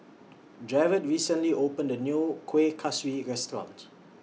Jarrod recently opened A New Kueh Kaswi Restaurant